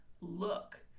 look